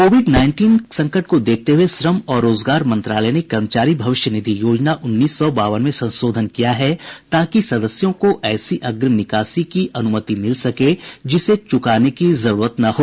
Covid nineteen संकट को देखते हुए श्रम और रोजगार मंत्रालय ने कर्मचारी भविष्य निधि योजना उन्नीस सौ बावन में संशोधन किया है ताकि सदस्यों को ऐसी अग्रिम निकासी की अनुमति मिल सके जिसे चुकाने की जरूरत न हो